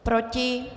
Proti?